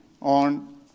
on